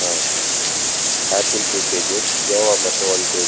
ஆ apple two kgs கோவா மட்டும் one gauge